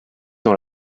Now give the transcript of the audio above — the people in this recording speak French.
dans